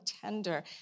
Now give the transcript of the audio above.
tender